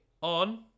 on